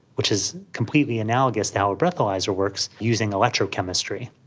which is completely analogous to how a breathalyser works, using electrochemistry.